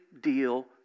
deal